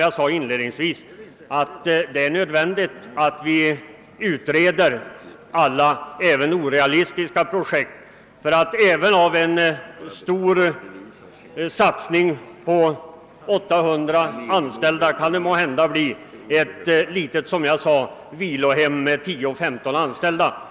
Jag sade inledningsvis, att det är nödvändigt att vi utreder alla — även orealistiska — projekt. Av det uppmålade projektet med 800 anställda kan det måhända, som jag sade, bli ett litet vilohem med 10—15 anställda.